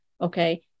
okay